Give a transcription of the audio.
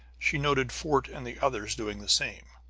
she noted fort and the others doing the same.